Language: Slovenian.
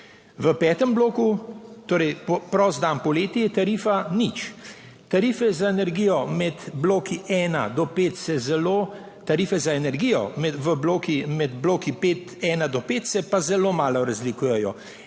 V petem bloku, torej prost dan poleti, je tarifa nič. Tarife za energijo med bloki ena do pet se pa zelo malo razlikujejo.